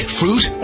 fruit